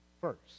first